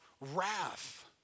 wrath